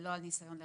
ולא על ניסיון לרצח,